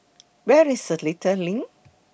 Where IS Seletar LINK